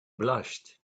blushed